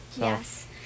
Yes